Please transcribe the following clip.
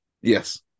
yes